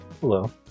hello